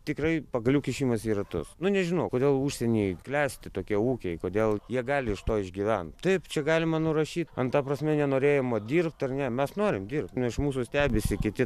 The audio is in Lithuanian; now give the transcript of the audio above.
tikrai pagalių kišimas į ratus nu nežinau kodėl užsienyje klesti tokie ūkiai kodėl jie gali iš to išgyvent taip čia galima nurašyt ant ta prasme nenorėjimo dirbt ar ne mes norim dirbt nu iš mūsų stebisi kiti